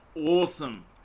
Awesome